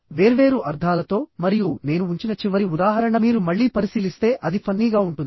వేర్వేరు అర్థాలతో మరియు నేను ఉంచిన చివరి ఉదాహరణ మీరు మళ్ళీ పరిశీలిస్తే అది ఫన్నీగా ఉంటుంది